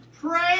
pray